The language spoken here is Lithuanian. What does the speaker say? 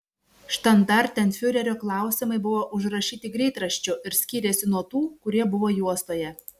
štandartenfiurerio klausimai buvo užrašyti greitraščiu ir skyrėsi nuo tų kurie buvo juostoje